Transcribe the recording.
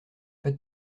pas